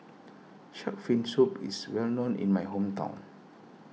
Shark's Fin Soup is well known in my hometown